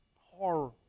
horror